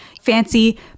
fancy